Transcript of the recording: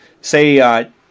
say